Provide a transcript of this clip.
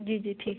जी जी ठीक है